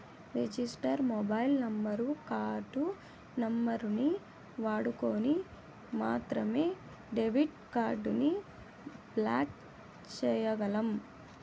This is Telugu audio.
రిజిస్టర్ మొబైల్ నంబరు, కార్డు నంబరుని వాడుకొని మాత్రమే డెబిట్ కార్డుని బ్లాక్ చేయ్యగలం